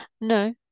no